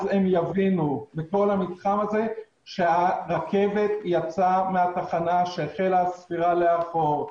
אז הם יבינו שהרכבת יצאה מהתחנה וכי החלה הספירה לאחור.